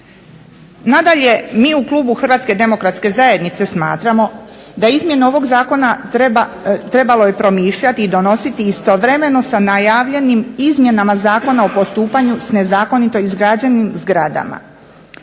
Nadalje, mi u klubu HDZ-a smatramo da izmjene ovog zakona trebalo je promišljati i donositi istovremeno sa najavljenim izmjenama Zakona o postupanju sa nezakonito izgrađenim zgradama.